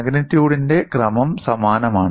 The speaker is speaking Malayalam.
മാഗ്നിറ്റ്യൂഡിന്റെ ക്രമം സമാനമാണ്